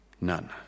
None